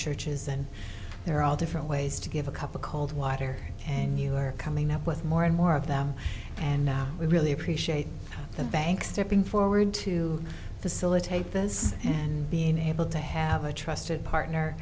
churches and there are all different ways to give a cup of cold water and you are coming up with more and more of them and we really appreciate the banks stepping forward to facilitate this and being able to have a trusted partner